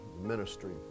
ministry